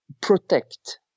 protect